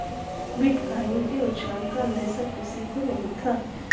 bitcoin के उछाल का अंदेशा किसी को नही था